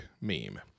meme